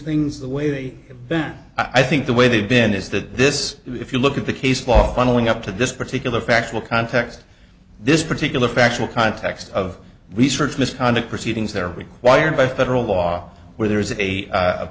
things the way that i think the way they've been is that this if you look at the case law funnelling up to this particular factual context this particular factual context of research misconduct proceedings that are required by federal law where there is a